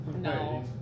No